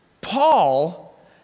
Paul